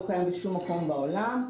לא קיים בשום מקום בעולם,